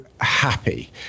happy